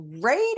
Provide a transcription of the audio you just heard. great